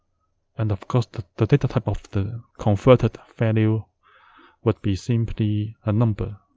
and of course, the the data type of the converted value would be simply a number,